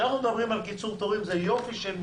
כשאנחנו מדברים על קיצור תורים זה יופי של משפט,